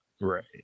Right